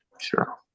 sure